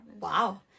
Wow